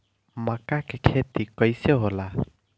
मका के खेती कइसे होला?